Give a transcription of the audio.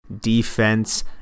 defense